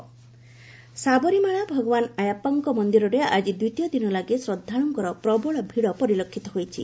ଶାବରୀମାଳା ଶାବରୀମାଳା ଭଗବାନ୍ ଆୟାପ୍ପାଙ୍କ ମନ୍ଦିରରେ ଆଜି ଦ୍ୱିତୀୟ ଦିନ ଲାଗି ଶ୍ରଦ୍ଧାଳୂଙ୍କର ପ୍ରବଳ ଭିଡ ପରିଲକ୍ଷିତ ହୋଇଛି